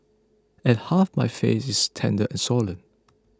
and half my face is tender and swollen